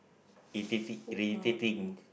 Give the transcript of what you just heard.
irrit~ irritating